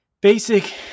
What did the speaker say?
basic